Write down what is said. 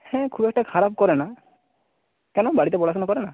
হ্যাঁ খুব একটা খারাপ করে না কেন বাড়িতে পড়াশোনা করে না